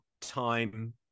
time